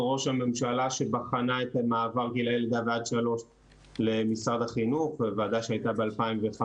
ראש הממשלה שבחנה את מעבר גילאי לידה ועד שלוש בוועדה שהייתה ב-2015,